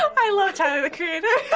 i love tyler the creator.